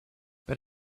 but